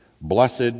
Blessed